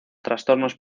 trastornos